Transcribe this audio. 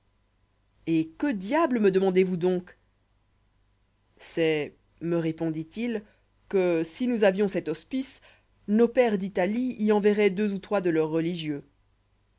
et que diable me demandez-vous donc c'est me répondit-il que si nous avions cet hospice nos pères d'italie y enverroient deux ou trois de leurs religieux